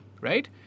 right